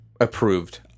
approved